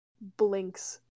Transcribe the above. blinks